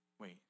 wait